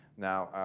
now,